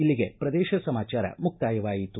ಇಲ್ಲಿಗೆ ಪ್ರದೇಶ ಸಮಾಚಾರ ಮುಕ್ತಾಯವಾಯಿತು